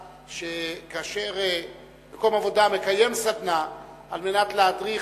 שמקום עבודה מקיים סדנה על מנת להדריך,